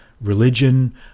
religion